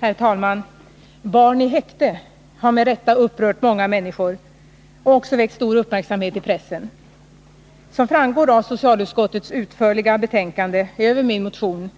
Herr talman! Barn i häkte har med rätta upprört många människor och också väckt stor uppmärksamhet i pressen. Som framgår av socialutskottets utförliga betänkande över min motion